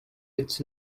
its